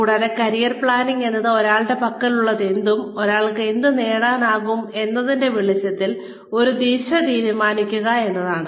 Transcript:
കൂടാതെ career planning എന്നത് ഒരാളുടെ പക്കലുള്ളതെന്തെന്നും ഒരാൾക്ക് എന്ത് നേടാനാകും എന്നതിന്റെ വെളിച്ചത്തിൽ ഒരു ദിശ തീരുമാനിക്കുക എന്നതാണ്